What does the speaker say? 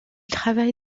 travaille